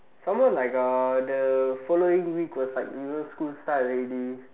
some more like uh the following week was like you know school start already